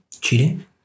Cheating